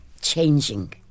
changing